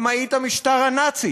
במאית המשטר הנאצי: